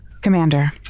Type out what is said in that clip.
Commander